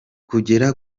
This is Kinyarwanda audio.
kugera